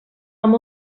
amb